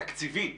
תקציבית